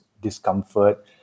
discomfort